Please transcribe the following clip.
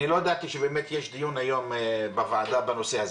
אני לא ידעתי שיש דיון בוועדה על הנושא הזה.